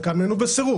חלקן נענו בסירוב.